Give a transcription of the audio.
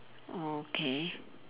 okay